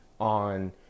on